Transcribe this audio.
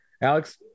Alex